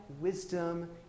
wisdom